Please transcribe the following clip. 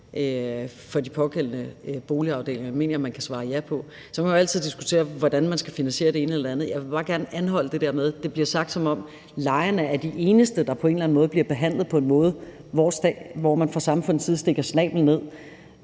for de pågældende boligafdelinger – og det mener jeg at man kan svare ja til. Så kan man altid diskutere, hvordan man skal finansiere det ene eller det andet. Jeg vil bare gerne anholde det der med, at det bliver sagt, som om lejerne er de eneste, der på en eller anden måde bliver behandlet sådan, at man fra samfundets side stikker snablen ned.